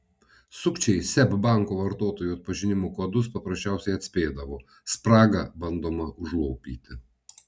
sukčiai seb banko vartotojų atpažinimo kodus paprasčiausiai atspėdavo spragą bandoma užlopyti